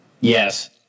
yes